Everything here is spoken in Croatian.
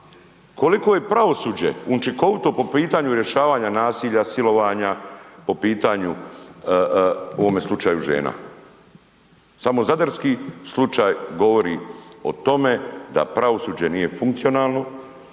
koliko je pravosuđe učinkovito po pitanju rješavanja nasilja silovanja, po pitanju u ovome slučaju žena. Samo zadarski slučaj govori o tome da pravosuđe nije funkcionalno,